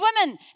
women